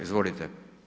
Izvolite.